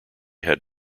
had